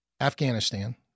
Afghanistan